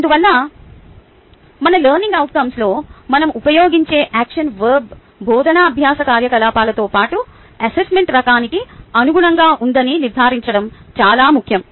అందువల్ల మన లెర్నింగ్ అవుట్కంస్లో మనం ఉపయోగించే యాక్షన్ వర్బ్ బోధనా అభ్యాస కార్యకలాపాలతో పాటు అసెస్మెంట్ రకానికి అనుగుణంగా ఉందని నిర్ధారించడం చాలా ముఖ్యం